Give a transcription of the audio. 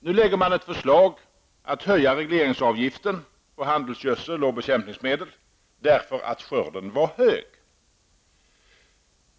Nu lägger man fram ett förslag att höja regleringsavgiften på handelsgödsel och bekämpningsmedel därför att skörden var bra.